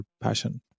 passion